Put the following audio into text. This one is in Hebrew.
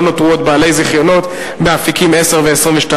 נותרו עוד בעלי זיכיונות באפיקים 10 ו-22,